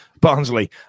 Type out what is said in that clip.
Barnsley